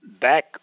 Back